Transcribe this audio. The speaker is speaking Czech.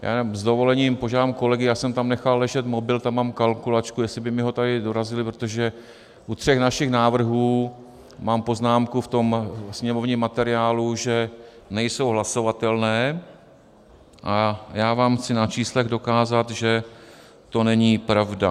Já jenom s dovolením požádám kolegy, já jsem tam nechal ležet mobil, tam mám kalkulačku, jestli by mi ho sem podali, protože u tří našich návrhů mám poznámku ve sněmovním materiálu, že nejsou hlasovatelné, a já vám chci na číslech dokázat, že to není pravda.